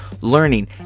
learning